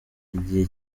igihe